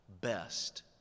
best